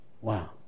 Wow